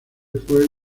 fue